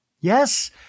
Yes